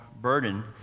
burden